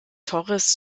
torres